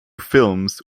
films